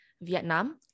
vietnam